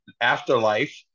afterlife